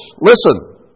listen